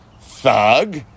thug